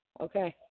Okay